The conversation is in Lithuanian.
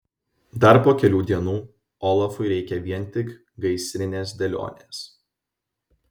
dar po kelių dienų olafui reikia vien tik gaisrinės dėlionės